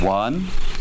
one